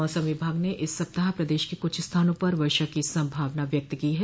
मौसम विभाग ने इस सप्ताह प्रदेश के कुछ स्थानों पर वर्षा की संभावना व्यक्त की है